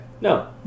No